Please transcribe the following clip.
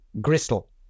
Gristle